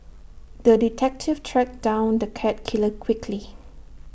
the detective tracked down the cat killer quickly